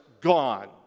gone